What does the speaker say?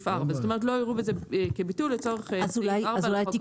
4. זאת אומרת לא יראו בזה כביטול לצורך סעיף 4 לחוק.